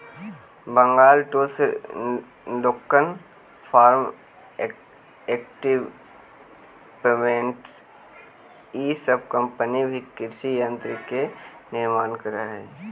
Bengal tools, Deccan farm equipments इ सब company भी कृषि यन्त्र के निर्माण करऽ हई